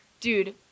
dude